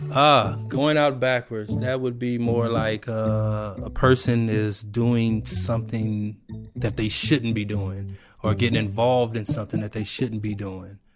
and going out backwards, that would be more like a person is doing something that they shouldn't be doing or getting involved in something that they shouldn't be doing.